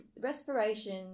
respiration